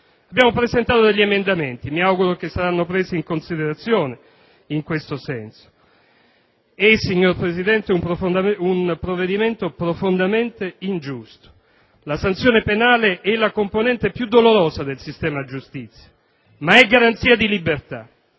Abbiamo presentato degli emendamenti in questo senso mi auguro che saranno presi in considerazione. Signor Presidente, è un provvedimento profondamente ingiusto. La sanzione penale è la componente più dolorosa del sistema giustizia, ma è garanzia di libertà.